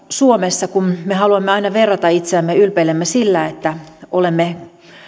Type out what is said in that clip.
suomessa kun haluamme aina verrata itseämme ylpeilemme sillä että olemme